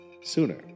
Sooner